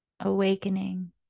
Awakening